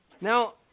Now